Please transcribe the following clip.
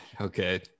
okay